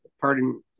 pardon